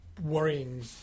worrying